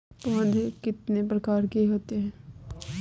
पौध कितने प्रकार की होती हैं?